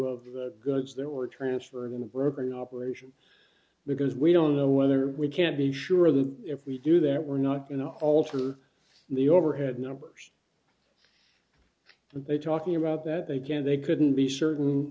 of the goods there were transferred in a broken operation because we don't know whether we can be sure that if we do that we're not going to alter the overhead numbers they talking about that again they couldn't be certain